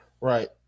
Right